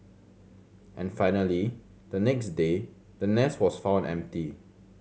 and finally the next day the nest was found empty